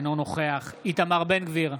אינו נוכח איתמר בן גביר,